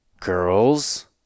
girls